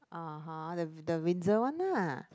(uh huh) the the Windsor one ah